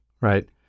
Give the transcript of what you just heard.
right